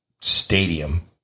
stadium